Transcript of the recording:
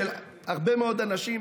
של הרבה מאוד אנשים,